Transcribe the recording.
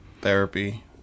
therapy